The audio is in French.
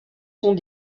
sont